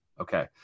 Okay